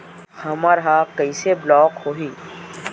हमर ह कइसे ब्लॉक होही?